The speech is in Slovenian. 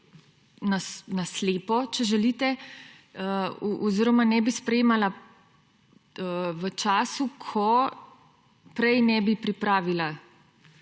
na slepo, če želite oziroma ne bi sprejemala v času, ko prej ne bi pripravila